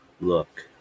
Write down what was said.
look